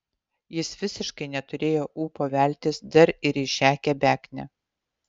jis visiškai neturėjo ūpo veltis dar ir į šią kebeknę